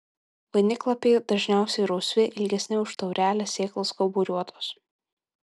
vainiklapiai dažniausiai rausvi ilgesni už taurelę sėklos kauburiuotos